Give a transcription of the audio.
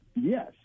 Yes